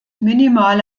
minimale